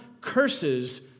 curses